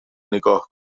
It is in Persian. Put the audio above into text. نگاه